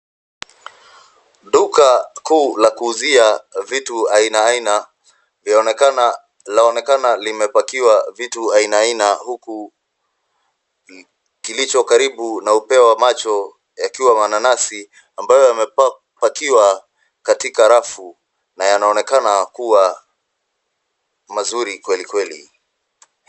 Duka kuu la kuuzia vtu aina aina laonekana limepakiwa vitu aina aina huku kilicho karibu na upeo wa macho yakiwa nanasi ambayo yamepakiwa katika rafu na yanaonekana kuwa mazuri kweli kweli.